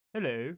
Hello